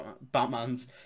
Batman's